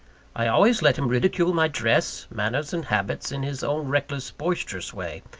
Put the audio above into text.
i always let him ridicule my dress, manners, and habits in his own reckless, boisterous way,